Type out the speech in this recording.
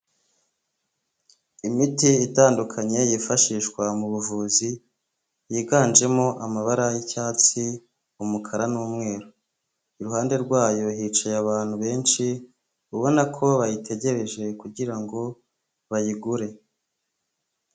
Imiti itandukanye yifashishwa mu buvuzi yiganjemo amabara y'icyatsi, umukara n'umweru, iruhande rwa yo hicaye abantu benshi ubona ko bayitegereje kugira ngo bayigure.